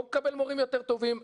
לא מקבל מורים יותר טובים ,